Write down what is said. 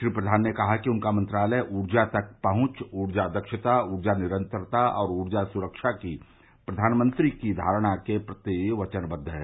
श्री प्रधान ने कहा कि उनका मंत्रालय ऊर्जा तक पहुंच ऊर्जा दक्षता ऊर्जा निरंतरता और ऊर्जा सुरक्षा की प्रधानमंत्री की धारणा के प्रति वचनवद्व है